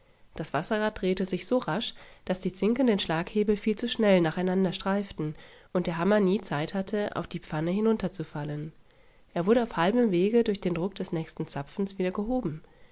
das wasserrad drehte sich so rasch daß die zinken den schlaghebel viel zu schnell nacheinander streiften und der hammer nie zeit hatte auf die pfanne niederzufallen er wurde auf halbem wege durch den druck des nächsten zapfens wieder gehoben